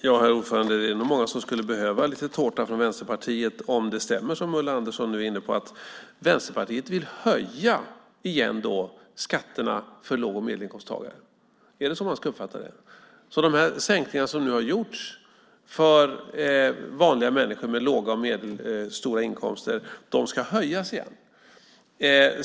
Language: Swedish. Herr talman! Det är nog många som skulle behöva en liten tårta från Vänsterpartiet om det stämmer som Ulla Andersson nu är inne på att Vänsterpartiet vill höja skatterna för låg och medelinkomsttagare. Ska man uppfatta det så att de sänkningar som nu har gjorts för vanliga människor med låga och medelstora inkomster ska återställas, att skatterna ska höjas igen?